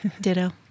Ditto